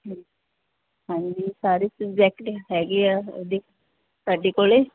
ਹਾਂਜੀ ਸਾਰੇ ਸਬਜੈਕਟ ਹੈਗੇ ਆ ਉਹਦੇ ਸਾਡੇ ਕੋਲੇ